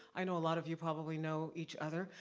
i know a lot of you probably know each other,